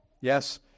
Yes